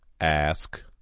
Ask